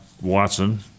Watson